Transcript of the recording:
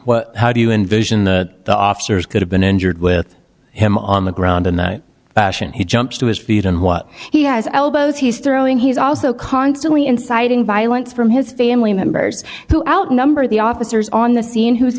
happen how do you envision that the officers could have been injured with him on the ground in the fashion he jumps to his feet and what he has elbows he's throwing he's also constantly inciting violence from his family members who outnumber the officers on the scene who